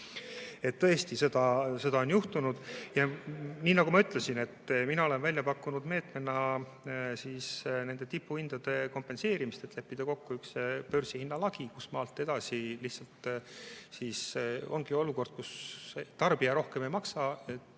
Tõesti, seda on juhtunud. Nii nagu ma ütlesin, mina olen välja pakkunud meetmena nende tipuhindade kompenseerimist, et leppida kokku üks börsihinna lagi, kustmaalt edasi ongi olukord, kus tarbija rohkem ei maksa,